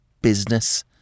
business